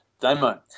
demo